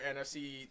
NFC